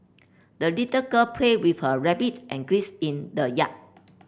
the little girl played with her rabbit and grace in the yard